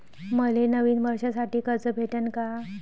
मले नवीन वर्षासाठी कर्ज भेटन का?